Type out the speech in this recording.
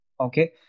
Okay